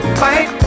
fight